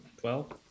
Twelve